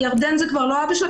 ירדן כבר לא אבא שלה?